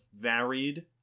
varied